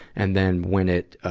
and then, when it, ah,